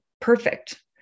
perfect